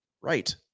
Right